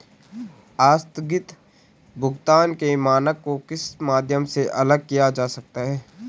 आस्थगित भुगतान के मानक को किस माध्यम से अलग किया जा सकता है?